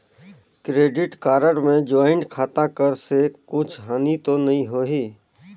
Credit card मे joint खाता कर से कुछ हानि तो नइ होही?